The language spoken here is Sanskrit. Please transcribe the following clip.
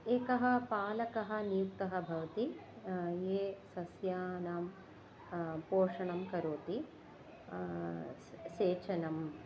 एकः पालकः नियुक्तः भवति ये सस्यानां पोषणं करोति स् सेचनम्